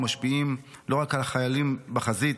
ומשפיעים לא רק על החיילים בחזית